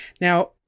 Now